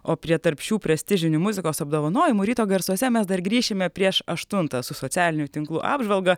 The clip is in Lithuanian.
o prie tarp šių prestižinių muzikos apdovanojimų ryto garsuose mes dar grįšime prieš aštuntą su socialinių tinklų apžvalga